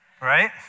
right